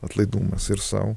atlaidumas ir sau